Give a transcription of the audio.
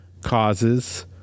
causes